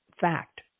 fact